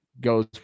goes